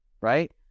right